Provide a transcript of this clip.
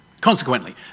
Consequently